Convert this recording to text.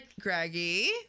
Greggy